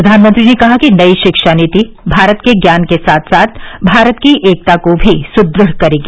प्रधानमंत्री ने कहा कि नई शिक्षा नीति भारतके ज्ञान के साथ साथ भारत की एकता को भी सुदृढ़ करेगी